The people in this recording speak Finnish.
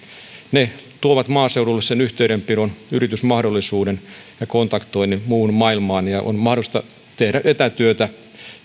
ne tuovat maaseudulle sen yhteydenpidon yritysmahdollisuuden ja kontaktoinnin muuhun maailmaan ja on mahdollista tehdä etätyötä